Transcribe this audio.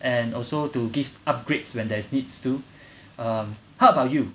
and also to gives upgrades when there's needs to um how about you